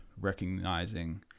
recognizing